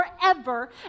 forever